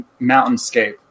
mountainscape